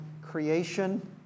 creation